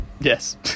Yes